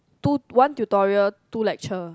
two one tutorial two lecture